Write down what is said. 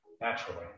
naturally